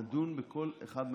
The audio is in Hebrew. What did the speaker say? נדון בכל אחד מהדברים.